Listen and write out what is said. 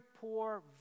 poor